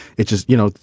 it just, you know,